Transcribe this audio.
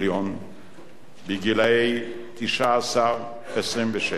גילאי 19 26,